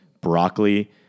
broccoli